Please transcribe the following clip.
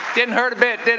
didn't hurt a bit.